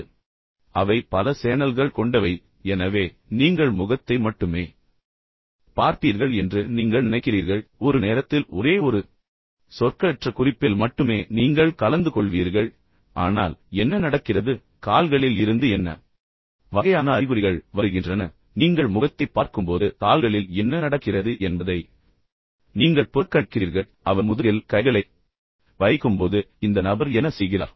அடுத்த சவால் என்னவென்றால் அவை பல சேனல்கள் கொண்டவை எனவே நீங்கள் முகத்தை மட்டுமே பார்ப்பீர்கள் என்று நீங்கள் நினைக்கிறீர்கள் ஒரு நேரத்தில் ஒரே ஒரு சொற்களற்ற குறிப்பில் மட்டுமே நீங்கள் கலந்துகொள்வீர்கள் ஆனால் என்ன நடக்கிறது கால்களில் இருந்து என்ன வகையான அறிகுறிகள் வருகின்றன நீங்கள் முகத்தைப் பார்க்கும்போது கால்களில் என்ன நடக்கிறது என்பதை நீங்கள் புறக்கணிக்கிறீர்கள் அவர் முதுகில் கைகளை வைக்கும்போது இந்த நபர் என்ன செய்கிறார்